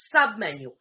submenu